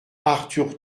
arthur